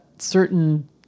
certain